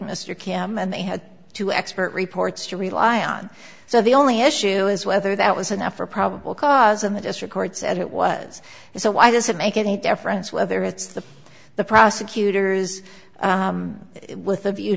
cam and they had to expert reports to rely on so the only issue is whether that was enough for probable cause and the district court said it was and so why does it make any difference whether it's the the prosecutor's with a view